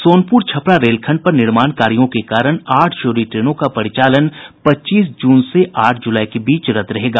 सोनप्र छपरा रेलखंड पर निर्माण कार्यों के कारण आठ जोड़ी ट्रेनों का परिचालन पच्चीस जून से आठ जुलाई के बीच रद्द रहेगा